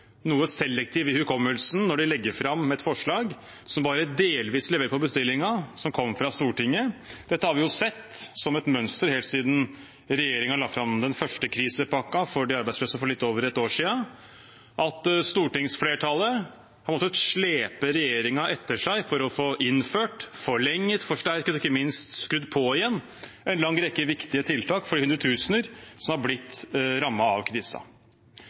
noe selektiv i hukommelsen når de legger fram et forslag som bare delvis leverer på bestillingen som kom fra Stortinget. Dette har vi jo sett som et mønster helt siden regjeringen la fram den første krisepakken for de arbeidsløse for litt over ett år siden, at stortingsflertallet har måttet slepe regjeringen etter seg for å få innført, forlenget, forsterket – og ikke minst skrudd på igjen – en lang rekke viktige tiltak for de hundretusener som har blitt rammet av